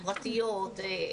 הפרטיות,